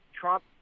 Trump